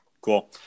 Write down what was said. Cool